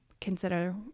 consider